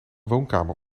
woonkamer